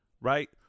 right